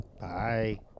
Bye